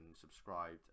subscribed